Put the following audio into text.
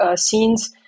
scenes